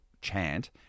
chant